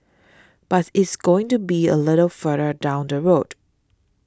bus it's going to be a little further down the road